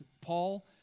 Paul